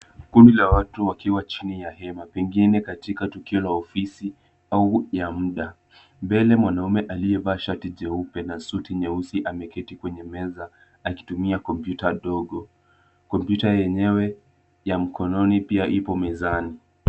Kundi la watu wakiwa chini ya hema pengine katika tukio la ofisi au ya muda. Mbele mwanaume aliyevaa shati jeupe na suti nyeusi ameketi kwenye meza akitumia computer dogo. Computer yenyewe ya mkononi pia ipo mezani.